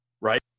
right